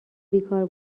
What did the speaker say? بیکار